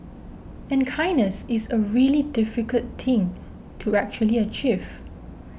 and kindness is a really difficult thing to actually achieve